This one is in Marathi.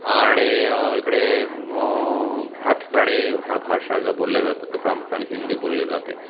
आणि इकडे म ह्या ठिकाणी ह्या भाषा जर बोलल्या जातात तर प्रामुख्याने हिंदी बोलली जाते